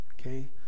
Okay